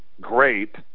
great